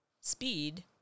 speed